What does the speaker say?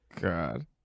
god